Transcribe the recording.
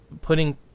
putting